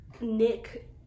Nick